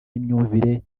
n’imyumvire